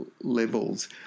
levels